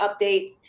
updates